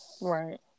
Right